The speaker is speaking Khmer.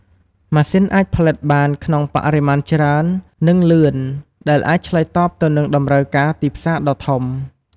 ម៉ាស៊ីនអាចផលិតបានក្នុង បរិមាណច្រើន និង លឿន ដែលអាចឆ្លើយតបទៅនឹងតម្រូវការទីផ្សារដ៏ធំ។